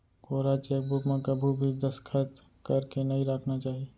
कोरा चेकबूक म कभू भी दस्खत करके नइ राखना चाही